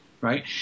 right